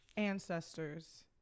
Ancestors